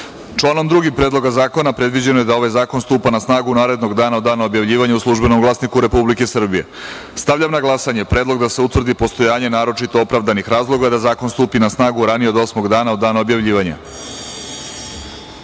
članom 2. Predloga zakona predviđeno da ovaj zakon stupa na snagu narednog dana od dana objavljivanja u „Službenom glasniku Republike Srbije“.Stavljam na glasanje predlog da se utvrdi postojanje naročito opravdanih razloga da zakon stupi na snagu ranije od osmog dana od dana objavljivanja. Zaključujem